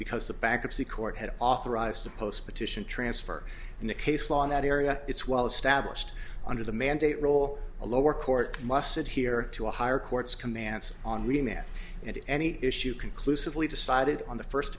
because the bankruptcy court had authorised the post petition transfer in the case law in that area it's well established under the mandate role a lower court must sit here to a higher courts commands on remit and any issue conclusively decided on the first